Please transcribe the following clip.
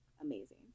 amazing